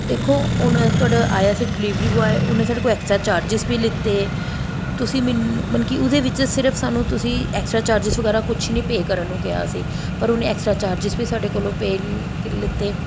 ਦੇਖੋ ਹੁਣ ਤੁਹਾਡਾ ਆਇਆ ਸੀ ਡਿਲੀਵਰੀ ਬੋਆਏ ਉਹਨੇ ਸਾਡੇ ਕੋਲ ਐਕਸਟਰਾ ਚਾਰਜਸ ਵੀ ਲਿੱਤੇ ਤੁਸੀਂ ਮਨ ਮਤਲਬ ਕਿ ਉਹਦੇ ਵਿੱਚ ਸਿਰਫ਼ ਸਾਨੂੰ ਤੁਸੀਂ ਐਕਸਟਰਾ ਚਾਰਜਿਸ ਵਗੈਰਾ ਕੁਛ ਨਹੀਂ ਪੇ ਕਰਨ ਨੂੰ ਕਿਹਾ ਸੀ ਪਰ ਉਹਨੇ ਐਕਸਟਰਾ ਚਾਰਜਿਸ ਵੀ ਸਾਡੇ ਕੋਲੋਂ ਪੇ ਲਿੱਤੇ